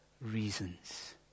reasons